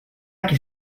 qu’il